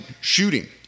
shooting